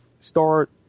start